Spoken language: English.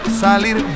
salir